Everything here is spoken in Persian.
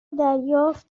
دریافت